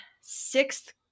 sixth